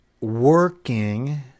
working